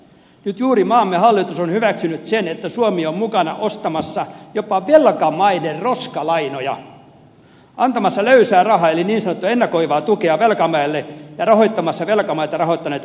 nyt juuri maamme hallitus on hyväksynyt sen että suomi on mukana ostamassa jopa velkamaiden roskalainoja antamassa löysää rahaa eli niin sanottua ennakoivaa tukea velkamaille ja rahoittamassa velkamaita rahoittaneita pankkeja